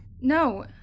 No